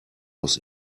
aus